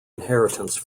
inheritance